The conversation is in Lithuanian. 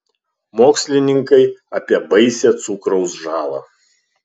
mokslininkai apie baisią cukraus žalą